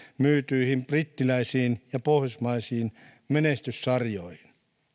myytyihin brittiläisiin ja pohjoismaisiin menestyssarjoihin